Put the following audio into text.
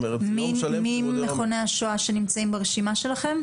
מי ממכוני השואה נמצאים ברשימה שלכם?